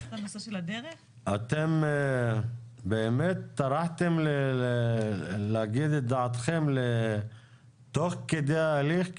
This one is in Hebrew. אתם באמת טרחתם להגיד את דעתכם תוך כדי ההליך,